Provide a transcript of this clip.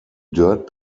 dirt